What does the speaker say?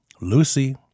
Lucy